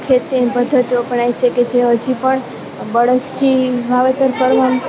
ખેતીની પદ્ધતિઓ વખણાય છે કે જે હજીપણ બળદથી વાવેતર કરવામાં